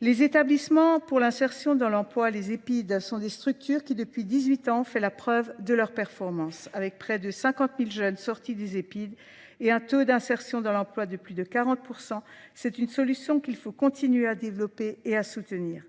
Les établissements pour l'insertion dans l'emploi à les épides sont des structures qui, depuis 18 ans, font la preuve de leur performance. Avec près de 50 000 jeunes sortis des épides et un taux d'insertion dans l'emploi de plus de 40%, c'est une solution qu'il faut continuer à développer et à soutenir.